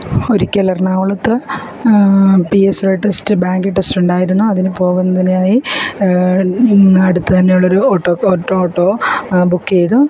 ഒരിക്കൽ എറണാകുളത്ത് P S സിയുടെ ടെസ്റ്റ് ബാങ്ക് ടെസ്റ്റ് ഉണ്ടായിരുന്നു അതിനു പോകുന്നതിനായി അടുത്തുതന്നെ ഉള്ളൊരു ഓട്ടോ ഓട്ടോ ഓട്ടോ ബുക്ക് ചെയ്തു